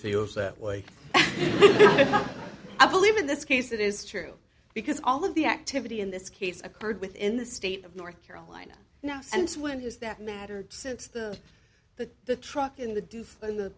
feels that way but i believe in this case it is true because all of the activity in this case occurred within the state of north carolina now since when has that mattered since the the the truck in the do and the